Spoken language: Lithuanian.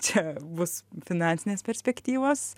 čia bus finansinės perspektyvos